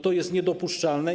To jest niedopuszczalne.